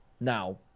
Now